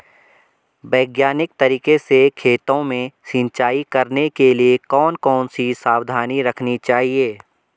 वैज्ञानिक तरीके से खेतों में सिंचाई करने के लिए कौन कौन सी सावधानी रखनी चाहिए?